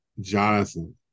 Jonathan